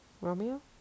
Romeo